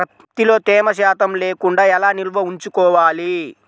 ప్రత్తిలో తేమ శాతం లేకుండా ఎలా నిల్వ ఉంచుకోవాలి?